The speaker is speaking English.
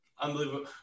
Unbelievable